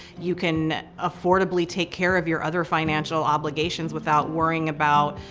you can affordably take care of your other financial obligations without worrying about,